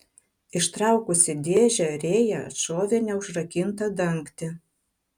ištraukusi dėžę rėja atšovė neužrakintą dangtį